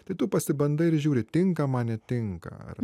tai tu pasibandai ir žiūri tinka man netinka ar